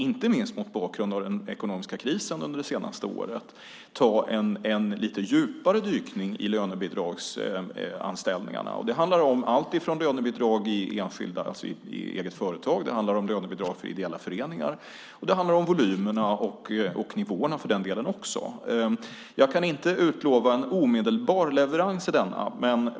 Inte minst mot bakgrund av den ekonomiska krisen under det senaste året tycker jag att det finns anledning att dyka lite djupare i frågan om lönebidragsanställningarna. Det handlar om allt från lönebidrag i eget företag och lönebidrag för ideella föreningar till volymerna och för den delen också nivåerna. Jag kan inte utlova en omedelbar leverans i frågan.